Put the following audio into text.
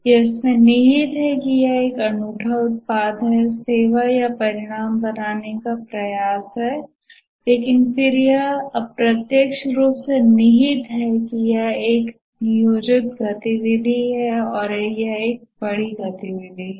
यह इसमें निहित है कि यह एक अनूठा उत्पाद सेवा या परिणाम बनाने का प्रयास है लेकिन फिर यह अप्रतक्ष्य रूप से निहित है कि यह एक नियोजित गतिविधि है और यह एक बड़ी गतिविधि है